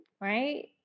right